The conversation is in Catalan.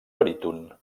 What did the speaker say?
baríton